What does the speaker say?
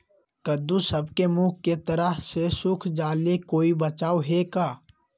कददु सब के मुँह के तरह से सुख जाले कोई बचाव है का?